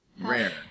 Rare